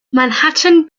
manhattan